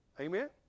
Amen